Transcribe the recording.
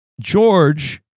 George